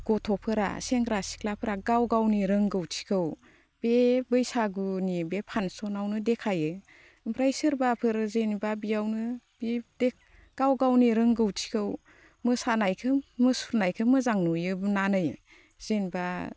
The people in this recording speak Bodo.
गथ'फोरा सेंग्रा सिख्लाफोरा गाव गावनि रोंगौथिखौ बे बैसागुनि बे फांस'नावनो देखायो ओमफ्राय सोरबाफोर जेनेबा बेयावनो बे गाव गावनि रोंगौथिखौ मोसानायखौ मुसुरनायखौ मोजां नुनानै जेनेबा